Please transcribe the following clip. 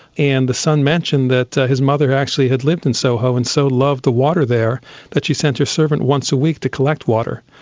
and the son mentioned that his mother actually had lived in soho and so loved the water there that she sent her servant once a week to collect water.